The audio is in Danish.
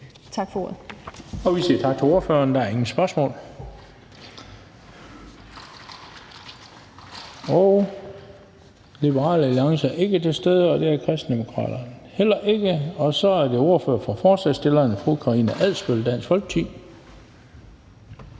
(Bent Bøgsted): Vi siger tak til ordføreren. Der er ingen spørgsmål. Liberal Alliance er ikke til stede, og det er Kristendemokraterne heller ikke, så nu er det ordføreren for forslagsstillerne, fru Karina Adsbøl, Dansk Folkeparti.